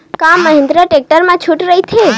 का महिंद्रा टेक्टर मा छुट राइथे?